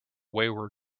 wayward